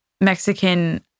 Mexican